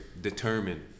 determined